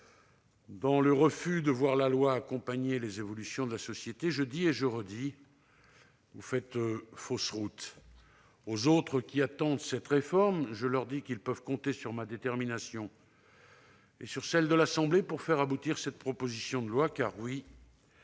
dans le refus de voir la loi accompagner les évolutions de la société, je dis et je répète : vous faites fausse route ! Aux autres, qui attendent cette réforme, je dis qu'ils peuvent compter sur ma détermination et sur celle de l'Assemblée nationale pour faire aboutir le présent texte. N'en